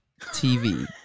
tv